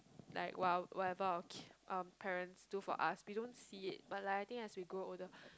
like what whatever our ki~ our parents do for us we don't see it but like I think as we grow older